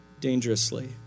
dangerously